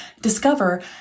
Discover